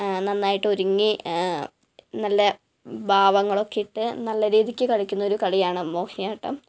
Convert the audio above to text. നന്നായിട്ട് ഒരുങ്ങി നല്ല ഭാവങ്ങളൊക്കെ ഇട്ട് നല്ല രീതിക്ക് കളിക്കുന്ന ഒരു കളിയാണ് മോഹിനിയാട്ടം